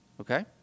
Okay